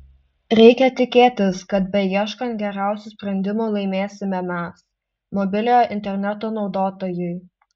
reikia tikėtis kad beieškant geriausių sprendimų laimėsime mes mobiliojo interneto naudotojai